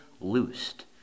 loosed